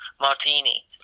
martini